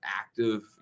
active